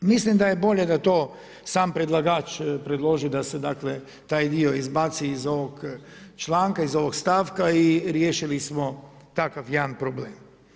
Mislim da je bolje da to sam predlagač predloži, da se dakle taj dio izbaci iz ovog članka, iz ovog stavka i riješili smo takav jedan problem.